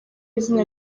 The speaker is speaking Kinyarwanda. izina